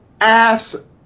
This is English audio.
ass